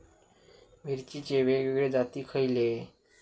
मिरचीचे वेगवेगळे जाती खयले?